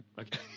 Okay